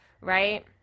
right